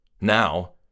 Now